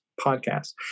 podcast